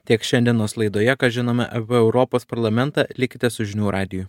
tiek šiandienos laidoje ką žinome apie europos parlamentą likite su žinių radiju